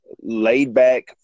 laid-back